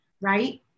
Right